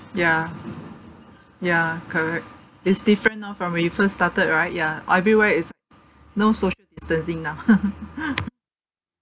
ya ya correct it's different lor from we first started right ya everywhere is no social distancing now